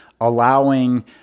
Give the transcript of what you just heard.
allowing